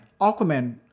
Aquaman